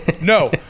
no